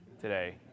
today